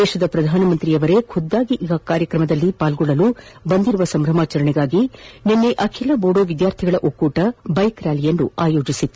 ದೇಶದ ಪ್ರಧಾನಮಂತ್ರಿಯವರೇ ಖುದ್ದು ಈ ಕಾರ್ಯಕ್ರಮದಲ್ಲಿ ಭಾಗವಹಿಸಲು ಆಗಮಿಸುತ್ತಿರುವ ಸಂಭ್ರಮಾಚರಣೆಗಾಗಿ ನಿನ್ನೆ ಅಖಿಲ ಬೋಡೋ ವಿದ್ಯಾರ್ಥಿಗಳ ಒಕ್ಕೂಟದ ಬೈಕ್ ರ್ಯಾಲಿಯನ್ನು ಆಯೋಜಿಸಲಾಗಿತ್ತು